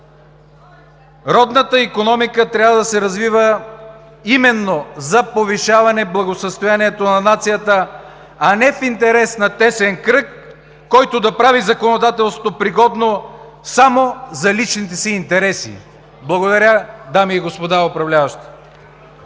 Родната икономика трябва да се развива именно за повишаване благосъстоянието на нацията, а не в интерес на тесен кръг, който да прави законодателството пригодно само за личните си интереси. Благодаря, дами и господа управляващи.